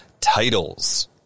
titles